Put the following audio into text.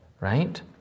right